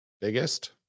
biggest